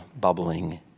bubbling